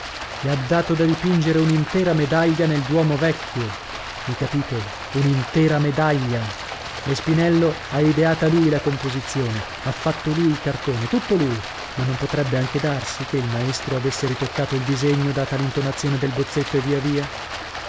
che cosa gli ha dato da dipingere un'intera medaglia nel duomo vecchio mi capite un'intera medaglia e spinello ha ideata lui la composizione ha fatto lui il cartone tutto lui ma non potrebbe anche darsi che il maestro avesse ritoccato il disegno data l'intonazione del bozzetto e via via